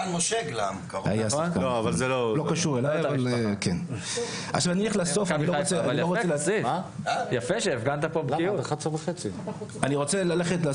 בואו נבדוק איפה הכסף שנותנים לגברים הולך.